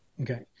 okay